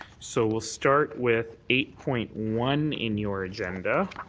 so we'll start with eight point one in your and yeah and and